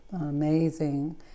Amazing